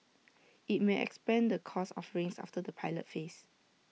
IT may expand the course offerings after the pilot phase